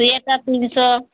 sweater তিনশো